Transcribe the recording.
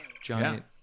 giant